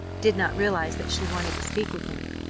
did not realize that she wanted to speak with him,